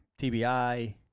TBI